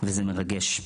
וזה מרגש,